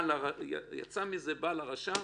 יצא מזה, בא לרשם,